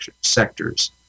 sectors